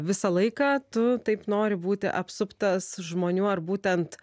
visą laiką tu taip nori būti apsuptas žmonių ar būtent